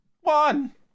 one